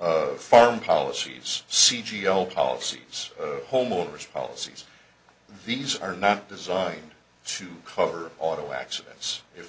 of foreign policies c g o policies homeowners policies these are not designed to cover auto accidents if